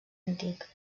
antic